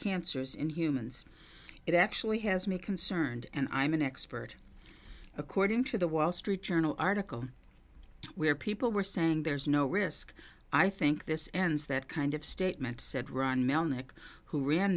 cancers in humans it actually has me concerned and i'm an expert according to the wall street journal article where people were saying there's no risk i think this ends that kind of statement said ron melnyk who ran